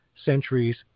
centuries